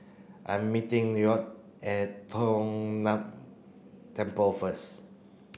I am meeting Lloyd at Tong Temple first